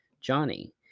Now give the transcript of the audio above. Johnny